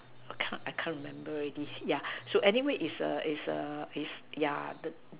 I can't I can't remember already yeah so anyway is a is a is yeah